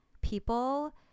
people